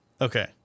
Okay